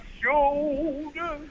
shoulder